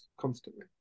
constantly